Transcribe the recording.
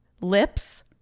lips